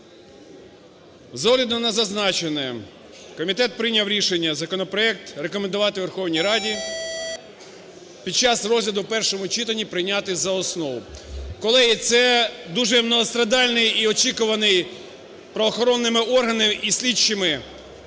З огляду на зазначене, комітет прийняв рішення законопроект рекомендувати Верховній Раді під час розгляду в першому читанні прийняти за основу. Колеги, це дуже многострадальний і очікуваний правоохоронними органами і слідчими,